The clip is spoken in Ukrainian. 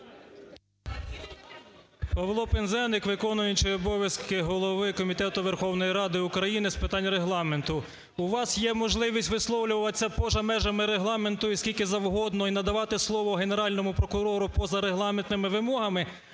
Павло Пинзеник, виконуючий обов'язки голови Комітету Верховної Ради України з питань Регламенту. У вас є можливість висловлюватися поза межами Регламенту і скільки завгодно і надавати слово Генеральному прокурору позарегламентними вимогами,